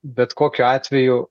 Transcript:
bet kokiu atveju